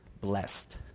Blessed